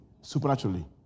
supernaturally